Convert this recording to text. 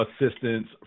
assistance